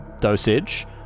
dosage